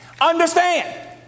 Understand